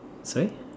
sorry